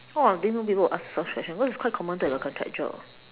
oh I didn't know people will ask such question cause it's quite common to have a